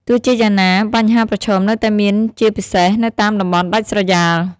ទោះជាយ៉ាងណា បញ្ហាប្រឈមនៅតែមានជាពិសេសនៅតាមតំបន់ដាច់ស្រយាល។